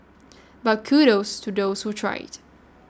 but kudos to those who tried